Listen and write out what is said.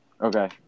Okay